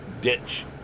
ditch